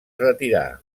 retirà